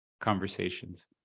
conversations